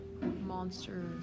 monster